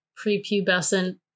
prepubescent